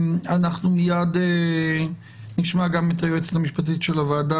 מיד נשמע גם את היועצת המשפטית של הוועדה